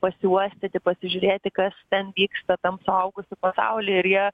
pasiuostyti pasižiūrėti kas ten vyksta tam suaugusių pasauly ir jie